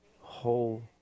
whole